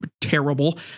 terrible